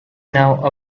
now